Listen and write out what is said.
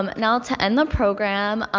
um now to end the program,